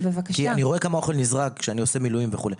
אני רואה כמה אוכל נזרק כשאני עושה מילואים וכו'.